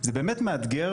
זה באמת מאתגר,